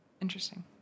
Interesting